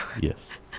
Yes